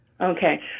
Okay